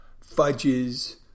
fudges